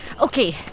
Okay